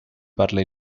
parla